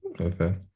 Okay